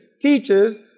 teaches